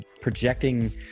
projecting